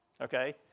okay